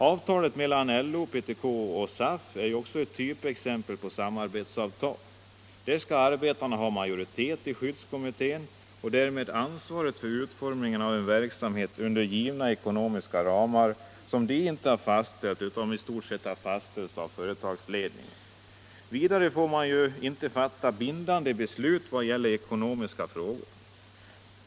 Avtalet mellan LO, PTK och SAF är också ett typexempel på samarbetsavtal. Enligt det skall arbetarna ha majoritet i skyddskommittén och därmed ansvaret för utformningen av en verksamhet undergivna ekonomiska ramar som de inte har fastställt utan som i stort sett fastställts av företagsledningen. Vidare får de inte fatta bindande beslut i ekonomiska frågor.